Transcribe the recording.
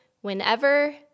Whenever